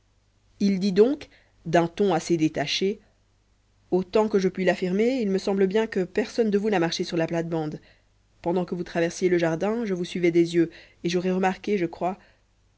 il dit donc d'un ton assez détaché autant que je puis l'affirmer il me semble bien que personne de vous n'a marché sur la plate-bande pendant que vous traversiez le jardin je vous suivais des yeux et j'aurais remarqué je crois